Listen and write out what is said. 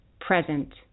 present